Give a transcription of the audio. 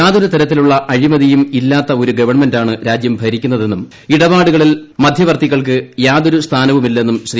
യാതൊരുതര്യത്തിലു്ള അഴിമതിയും ഇല്ലാത്ത ഒരു ്ഗവൺമെന്റാണ് രാജ്യം ഭീരിക്കുന്നതെന്നും ഇടപാടുകളിൽ മധ്യവർത്തികൾക്ക് യാത്തൊർു സ്ഥാനവുമില്ലെന്നും ശ്രീ